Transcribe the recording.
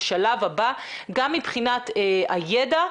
לשלב הבא גם מבחינת הידע,